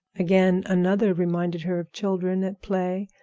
again, another reminded her of children at play,